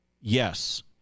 Yes